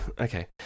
okay